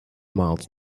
miles